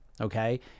Okay